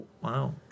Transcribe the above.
wow